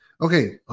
Okay